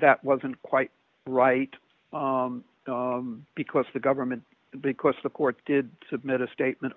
that wasn't quite right because the government because the court did submit a statement